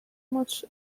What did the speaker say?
much